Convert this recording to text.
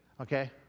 okay